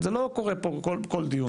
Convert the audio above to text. זה לא קורה פה כל דיון.